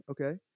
okay